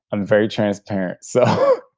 i'm very transparent so